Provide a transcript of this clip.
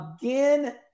again